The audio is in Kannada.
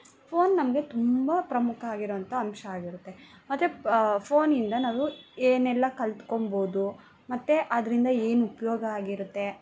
ಫೋನ್ ನಮಗೆ ತುಂಬ ಪ್ರಮುಖ ಆಗಿರೋ ಅಂತ ಅಂಶ ಆಗಿರುತ್ತೆ ಮತ್ತೆ ಪ ಫೋನಿಂದ ನಾವು ಏನೆಲ್ಲ ಕಲ್ತ್ಕೊಳ್ಬೋದು ಮತ್ತೆ ಅದರಿಂದ ಏನು ಉಪಯೋಗ ಆಗಿರುತ್ತೆ